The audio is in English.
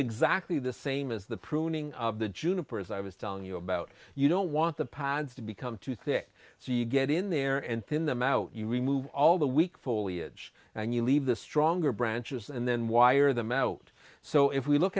exactly the same as the pruning of the juniper as i was telling you about you don't want the pines to become too thick so you get in there and thin them out you remove all the weak fully edge and you leave the stronger branches and then wire them out so if we look